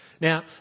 Now